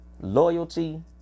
Loyalty